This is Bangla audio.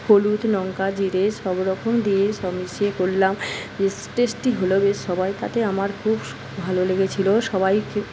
হলুদ লঙ্কা জিরে সবরকম দিয়ে সব মিশিয়ে করলাম বেশ টেস্টি হল বেশ সবাই তাতে আমার খুব ভালো লেগেছিল সবাইকে